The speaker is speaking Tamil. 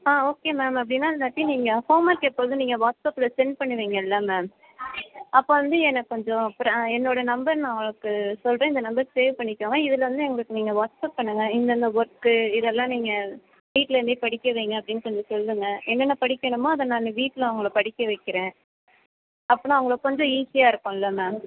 ஆ ஓகே மேம் அப்படின்னா இல்லாட்டி நீங்கள் ஹோம் ஒர்க் எப்பொழுதும் நீங்கள் வாட்ஸப்பில் சென்ட் பண்ணுவீங்கள்ல மேம் அப்போ வந்து எனக்கு கொஞ்சம் என்னோட நம்பர் நான் உங்களுக்கு சொல்கிறேன் இந்த நம்பர் சேவ் பண்ணிக்கங்க இதில் வந்து எங்களுக்கு நீங்கள் வாட்ஸப் பண்ணுங்கள் இன்னன்ன ஒர்க்கு இதெல்லாம் நீங்கள் வீட்டுலேருந்தே படிக்க வையுங்க அப்படின்னு கொஞ்சம் சொல்லுங்கள் என்னென்ன படிக்கணுமோ அதை நான் வீட்டில் அவங்கள படிக்க வைக்கிறேன் அப்படின்னா அவங்களுக்கு கொஞ்சம் ஈஸியாக இருக்கும்ல மேம்